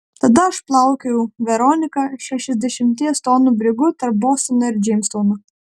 tada aš plaukiojau veronika šešiasdešimties tonų brigu tarp bostono ir džeimstauno